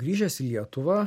grįžęs į lietuvą